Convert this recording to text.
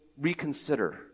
reconsider